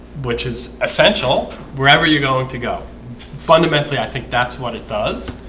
which is essential wherever you're going to go fundamentally, i think that's what it does